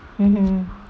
mmhmm